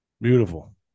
Beautiful